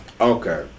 Okay